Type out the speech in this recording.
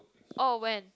oh when